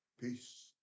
peace